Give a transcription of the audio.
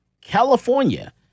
California